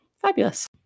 Fabulous